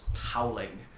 howling